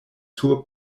sur